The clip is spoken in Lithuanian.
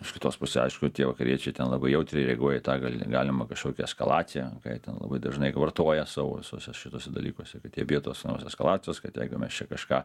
iš kitos pusė aišku tie vakariečiai ten labai jautriai reaguoja į tą gali galimą kažkokią eskalaciją ką jie ten labai dažnai vartoja savo visuose šituose dalykuose kad jie bijo tos eskalacijos kad jeigu mes čia kažką